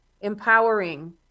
empowering